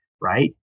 Right